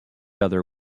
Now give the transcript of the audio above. other